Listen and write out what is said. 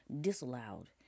disallowed